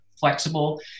flexible